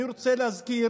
אני רוצה להזכיר